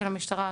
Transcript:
של המשטרה,